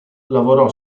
lavorò